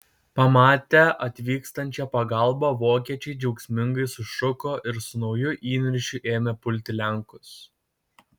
pamatę atvykstančią pagalbą vokiečiai džiaugsmingai sušuko ir su nauju įniršiu ėmė pulti lenkus